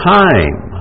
time